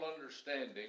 understanding